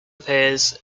appears